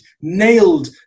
nailed